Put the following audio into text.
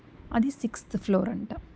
అది sixth floor అంట